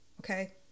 okay